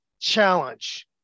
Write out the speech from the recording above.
challenge